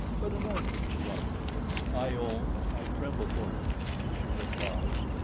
but an arduous one i own i tremble for him. lucian replies,